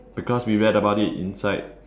because we read about it inside